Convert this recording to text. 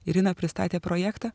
irina pristatė projektą